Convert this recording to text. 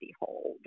behold